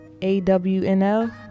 AWNL